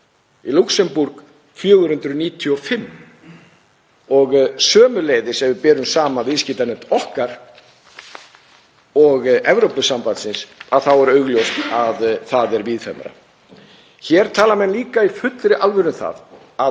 Í Lúxemborg 495. Og sömuleiðis ef við berum saman viðskiptanet okkar og Evrópusambandsins er augljóst að það er víðfeðmara. Hér tala menn líka í fullri alvöru um að